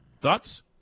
Thoughts